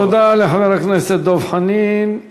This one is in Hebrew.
תודה לחבר הכנסת דב חנין.